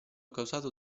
causato